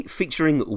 featuring